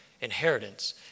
Inheritance